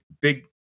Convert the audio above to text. big